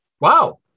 Wow